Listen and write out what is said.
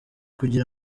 kugira